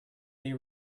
they